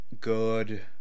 Good